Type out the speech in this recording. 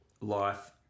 life